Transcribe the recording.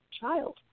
child